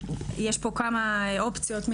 אני